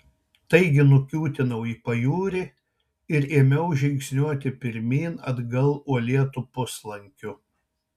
taigi nukiūtinau į pajūrį ir ėmiau žingsniuoti pirmyn atgal uolėtu puslankiu